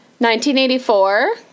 1984